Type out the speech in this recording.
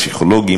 פסיכולוגים,